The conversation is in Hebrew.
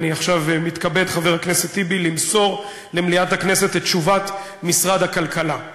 עכשיו אני מתכבד למסור למליאת הכנסת את תשובת משרד הכלכלה: